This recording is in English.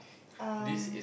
um